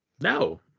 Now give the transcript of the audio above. No